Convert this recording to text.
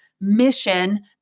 mission